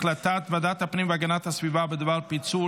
החלטת ועדת הפנים והגנת הסביבה בדבר פיצול